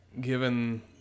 given